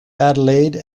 adelaide